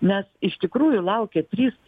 nes iš tikrųjų laukia trys